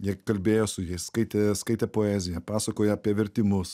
jie kalbėjo su jais skaitė skaitė poeziją pasakojo apie vertimus